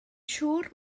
siŵr